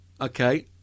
okay